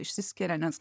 išsiskiria nes